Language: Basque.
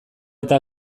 eta